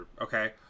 okay